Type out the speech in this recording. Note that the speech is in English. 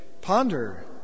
ponder